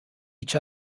each